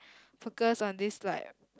focus on this like